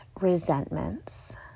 resentments